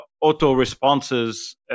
auto-responses